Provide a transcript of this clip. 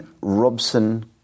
Robson